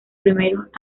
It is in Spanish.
primeros